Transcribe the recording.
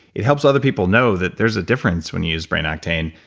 it helps other people know that there's a difference when you use brain octane.